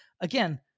again